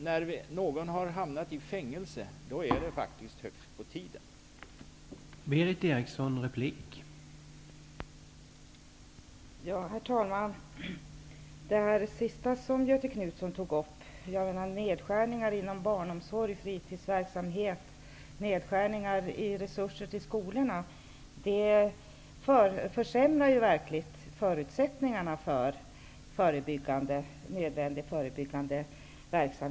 När någon har hamnat i fängelse är det faktiskt på tiden att man reagerar.